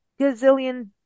gazillion